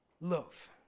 love